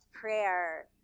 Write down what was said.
prayer